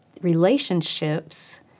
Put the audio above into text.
relationships